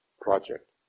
project